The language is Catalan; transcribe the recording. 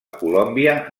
colòmbia